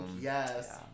yes